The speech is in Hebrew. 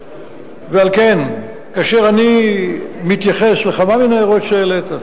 ועל כן, כאשר אני מתייחס לכמה מן ההערות שהעלית,